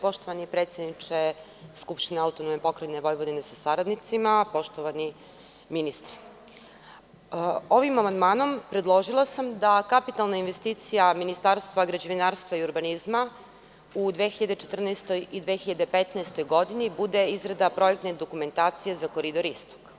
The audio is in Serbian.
Poštovani predsedniče Skupštine AP Vojvodine sa saradnicima, poštovani ministre, ovim amandmanom predložila sam da kapitalne investicija Ministarstva građevinarstva i urbanizma u 2014. godini i 2015. godini bude izgrada projekte dokumentacije za Koridor Istok.